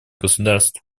государства